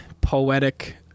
poetic